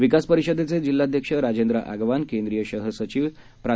विकासपरिषदेचेजिल्हाध्यक्षराजेंद्रआगवान केंद्रीयशहरसचिवप्रा